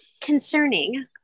concerning